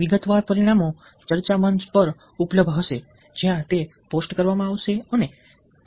વિગતવાર પરિણામો ચર્ચા મંચ પર ઉપલબ્ધ હશે જ્યાં તે પોસ્ટ કરવામાં આવશે અને અમે તેના પર વધુ ચર્ચા કરી શકીએ છીએ